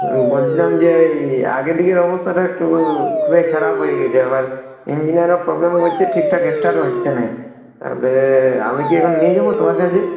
বলছিলাম যে ওই আগের দিকের অবস্থাটা একটু খুবই খারাপ হয়ে গেছে আবার ইঞ্জিনেরও প্রবলেম হচ্ছে ঠিকঠাক স্টার্ট হচ্ছে না তালে আমি কি এখন নিয়ে যাবো তোমার কাছে